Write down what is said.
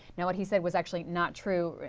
yeah what he said was actually not true.